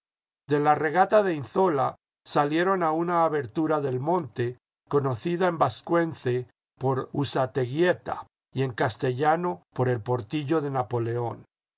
de la regata de inzoia salieron a una abertura del monte conocida en vascuence por usateguieta y en castellano por el portillo de napoleón